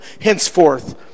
henceforth